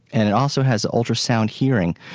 and it also has ultrasound hearing,